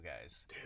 guys